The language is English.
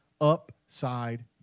upside